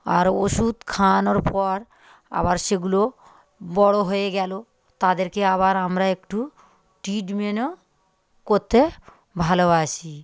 আর ওষুধ খাওয়ানোর পর আবার সেগুলো বড়ো হয়ে গেল তাদেরকে আবার আমরা একটু ট্রীট্মেন্ট করতে ভালোবাসি